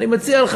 אני מציע לך,